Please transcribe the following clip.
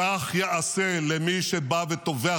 כששם לא היינו משיגים לא את זה ולא את